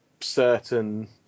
certain